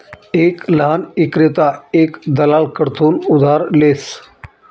एक लहान ईक्रेता एक दलाल कडथून उधार लेस